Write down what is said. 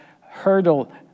hurdle